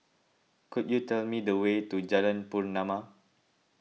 could you tell me the way to Jalan Pernama